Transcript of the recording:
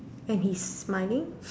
and he's smiling